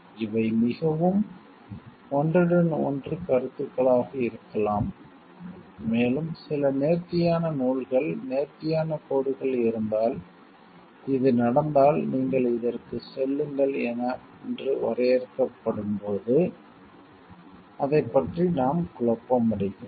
இவை மிகவும் ஒன்றுடன் ஒன்று கருத்துகளாக இருக்கலாம் மேலும் சில நேர்த்தியான நூல்கள் நேர்த்தியான கோடுகள் இருந்தால் இது நடந்தால் நீங்கள் இதற்குச் செல்லுங்கள் என்று வரையறுக்கும்போது அதைப் பற்றி நாம் குழப்பமடைகிறோம்